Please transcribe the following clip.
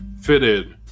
fitted